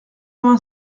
vingt